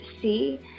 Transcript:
see